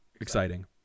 exciting